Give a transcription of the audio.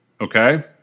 Okay